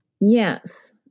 Yes